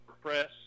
press